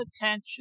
attention